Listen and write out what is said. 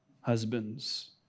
husbands